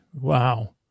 Wow